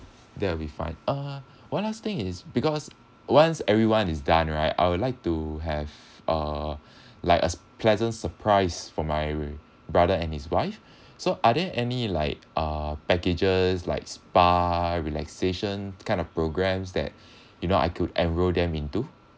that will be fine uh one last thing is because once everyone is done right I would like to have a like a pleasant surprise for my brother and his wife so are there any like uh packages like spa relaxation kind of programs that you know I could enrol them into